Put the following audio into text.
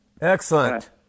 Excellent